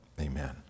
amen